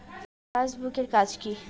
Passbook এর কাজ কি?